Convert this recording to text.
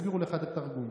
יסבירו לך את התרגום.